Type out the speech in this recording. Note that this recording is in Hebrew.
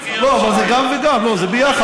לא, אבל זה גם וגם, זה ביחד.